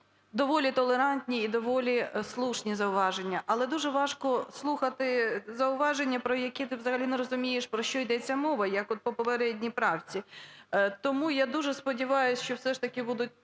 доволі толерантні і доволі слушні зауваження. Але дуже важко слухати зауваження, про які ти взагалі не розумієш, про що йдеться мова, як от по попередній правці. Тому я дуже сподіваюсь, що все ж таки будуть